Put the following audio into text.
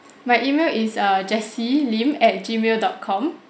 my email is uh jessie lim at G mail dot com